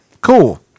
Cool